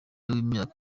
w’imyaka